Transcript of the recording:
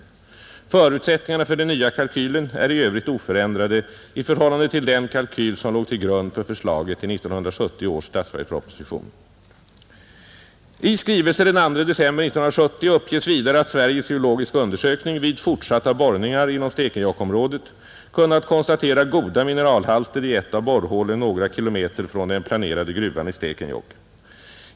Förutsättningarna för den nya kalkylen är i övrigt oförändrade i förhållande till den kalkyl som låg till grund för förslaget i 1970 års statsverksproposition. I skrivelsen den 2 december 1970 uppges vidare att Sveriges geologiska undersökning vid fortsatta borrningar inom Stekenjokkområdet kunnat konstatera goda mineralhalter i ett av borrhålen några kilometer från den planerade gruvan i Stekenjokk.